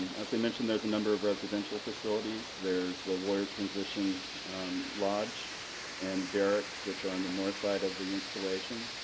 as i mentioned, there's a number of residential facilities. facilities. there's the warrior transition lodge and barracks which are on the north side of the installation.